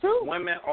women